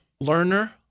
Learner